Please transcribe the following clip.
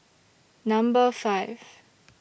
Number five